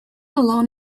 along